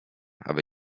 aby